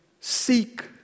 seek